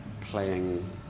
playing